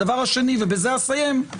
הדבר השני, ובזה אסיים: